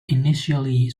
initially